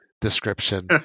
description